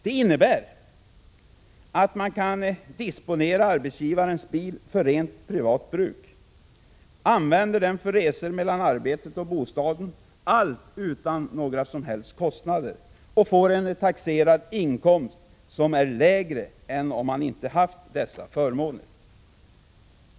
Det innebär att man kan disponera arbetsgivarens bil för rent privat bruk, använda den för resor mellan arbetet och bostaden, allt utan några som helst kostnader, och få en taxerad inkomst som är lägre än om man inte hade haft dessa förmåner.